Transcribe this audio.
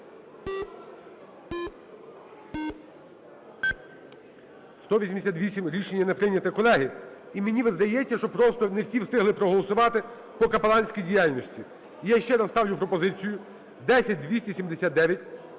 188. Рішення не прийнято. Колеги, і мені здається, що просто не всі встигли проголосувати по капеланській діяльності. Я ще раз ставлю пропозицію 10279